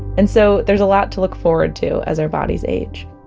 and so there's a lot to look forward to as our bodies age